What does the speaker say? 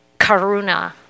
karuna